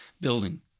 building